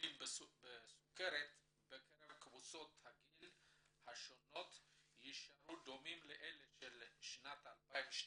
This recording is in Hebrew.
החולים בסוכרת בקרב קבוצות הגיל השונות יישארו דומים לאלה של שנת 2012,